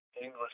English